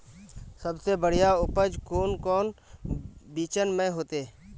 सबसे बढ़िया उपज कौन बिचन में होते?